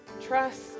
trust